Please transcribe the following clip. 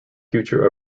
future